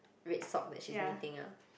red sock that she's knitting ah